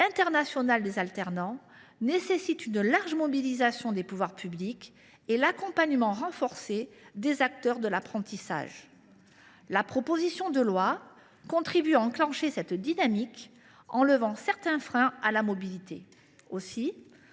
internationale des alternants nécessite une large mobilisation des pouvoirs publics et l’accompagnement renforcé des acteurs de l’apprentissage. La proposition de loi contribue à enclencher cette dynamique en levant certains freins. Aussi,